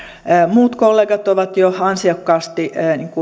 muut kollegat ovat jo ansiokkaasti